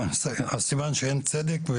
אז כנראה שאין צדק.